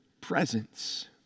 presence